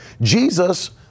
Jesus